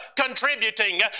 contributing